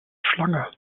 schlange